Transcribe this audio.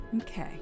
Okay